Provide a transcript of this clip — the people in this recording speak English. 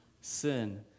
sin